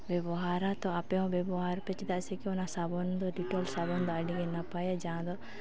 ᱵᱮᱵᱚᱦᱟᱨᱟᱛᱚ ᱟᱯᱮ ᱦᱚᱸ ᱵᱮᱵᱚᱦᱟᱨ ᱯᱮ ᱪᱮᱫᱟᱜ ᱥᱮᱠᱤ ᱚᱱᱟ ᱥᱟᱵᱚᱱ ᱫᱚ ᱰᱮᱴᱚᱞ ᱥᱟᱵᱚᱱ ᱫᱚ ᱟᱹᱰᱤ ᱜᱮ ᱱᱟᱯᱟᱭᱟ ᱡᱟᱦᱟᱸ ᱫᱚ